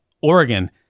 Oregon